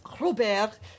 Robert